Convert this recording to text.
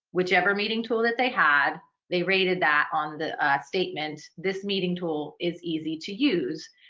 whichever meeting tool that they had, they rated that on the statement this meeting tool is easy to use.